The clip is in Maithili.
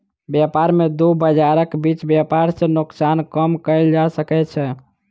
व्यापार में दू बजारक बीच व्यापार सॅ नोकसान कम कएल जा सकै छै